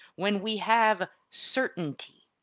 when we have certainty.